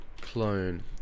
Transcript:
Clone